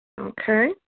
Okay